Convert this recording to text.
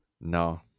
No